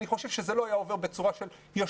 אני חושב שזה לא היה עובר בצורה של יש